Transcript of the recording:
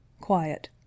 quiet